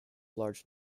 large